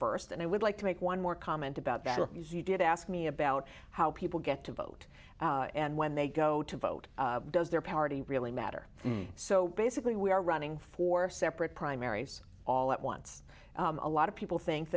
first and i would like to make one more comment about that is you did ask me about how people get to vote and when they go to vote does their party really matter so basically we are running four separate primaries all at once a lot of people think